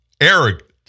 arrogant